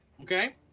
Okay